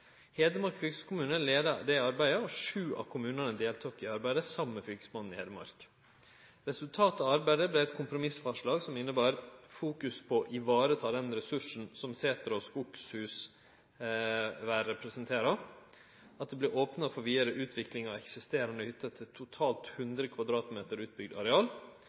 det arbeidet, og sju av kommunane tok del i arbeidet saman med Fylkesmannen i Hedmark. Resultatet av arbeidet vart eit kompromissforslag, som innebar fokus på å vareta den ressursen som setrar og skoghusvære representerer, at det vert opna for vidare utvikling av eksisterande hytter til totalt 100 m2 utbygt areal,